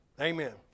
Amen